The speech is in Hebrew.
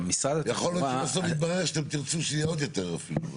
יכול להיות שבסוף יתברר שאתם תרצו שיהיה עוד יותר אפילו.